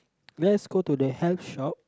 let's go to the health shop